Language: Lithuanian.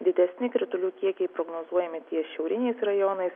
didesni kritulių kiekiai prognozuojami ties šiauriniais rajonais